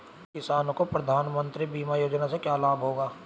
किसानों को प्रधानमंत्री बीमा योजना से क्या लाभ होगा?